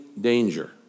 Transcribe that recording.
danger